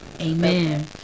Amen